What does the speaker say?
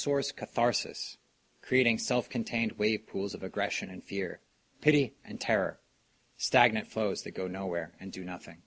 source catharsis creating self contained wave pools of aggression and fear pity and terror stagnant flows that go nowhere and do nothing